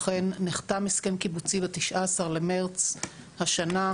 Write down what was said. אכן נחתם הסכם קיבוצי ב-19 במרץ השנה,